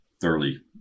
thoroughly